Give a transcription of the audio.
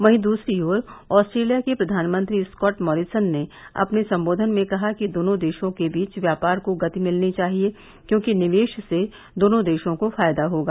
वहीं दूसरी ओर ऑस्ट्रेलिया के प्रधानमंत्री स्कॉट मॉरीसन ने अपने संबोधन में कहा कि दोनों देशों के बीच व्यापार को गति मिलनी चाहिए क्यॉकि निवेश से दोनों देशों को फायदा होगा